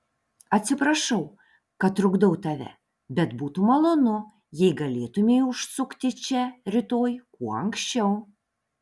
atsiprašau kad trukdau tave bet būtų malonu jei galėtumei užsukti čia rytoj kuo anksčiau